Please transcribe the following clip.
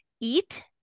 eat